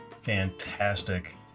fantastic